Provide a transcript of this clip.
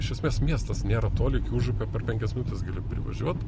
iš esmės miestas nėra toli užupio per penkias minutes gali privažiuot